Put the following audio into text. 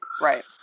Right